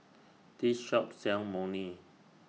This Shop sells Imoni